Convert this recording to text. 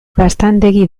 gaztandegi